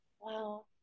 Wow